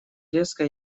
резко